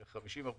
ל-50%,